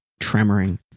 tremoring